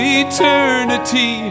eternity